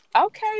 Okay